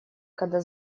когда